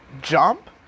jump